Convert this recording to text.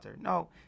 No